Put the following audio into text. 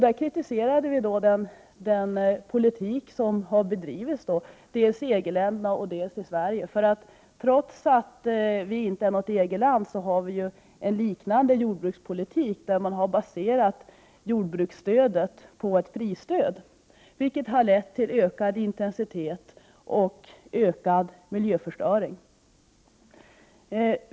Där kritiserade vi den politik som har bedrivits dels i EG-länderna, dels i Sverige. Trots att Sverige inte är något EG-land, har vi ju en liknande jordbrukspolitik, där jordbruksstödet har baserats på ett prisstöd, vilket har lett till ökad intensitet och ökad miljöförstöring.